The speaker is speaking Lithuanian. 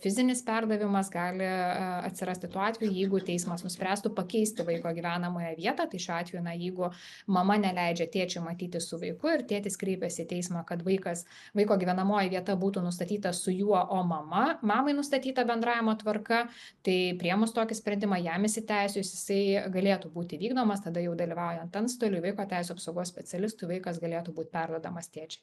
fizinis perdavimas gali atsirasti tuo atveju jeigu teismas nuspręstų pakeisti vaiko gyvenamąją vietą tai šiuo atveju jeigu mama neleidžia tėčiui matytis su vaiku ir tėtis kreipiasi į teismą kad vaikas vaiko gyvenamoji vieta būtų nustatyta su juo o mama mamai nustatyta bendravimo tvarka tai priėmus tokį sprendimą jam įsiteisėjus jisai galėtų būti vykdomas tada jau dalyvaujant antstoliui vaiko teisių apsaugos specialistui vaikas galėtų būt perduodamas tėčiui